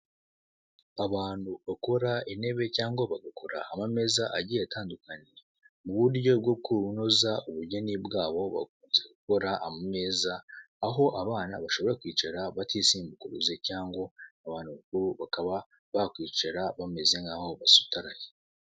Abantu bakora intebe cyangwa bagakora amameza agiye atandukanye mu buryo bwo kunoza ubugeni bwabo bakunze gukora amameza aho abana bashobora kwicara batisimbukuruje cyangwa abantu bakuru bakaba bakwicara bameze nkaho basutaraye.